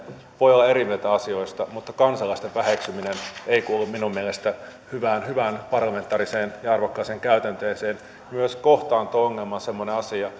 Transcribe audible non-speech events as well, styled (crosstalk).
voi olla eri mieltä asioista mutta kansalaisten väheksyminen ei kuulu minun mielestäni hyvään hyvään ja arvokkaaseen parlamentaariseen käytänteeseen myös kohtaanto ongelma on semmoinen asia (unintelligible)